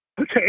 Okay